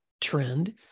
trend